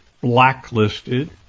blacklisted